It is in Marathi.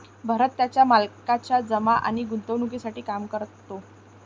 भरत त्याच्या मालकाच्या जमा आणि गुंतवणूकीसाठी काम करतो